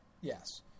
yes